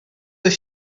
was